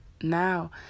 now